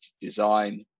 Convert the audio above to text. design